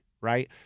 right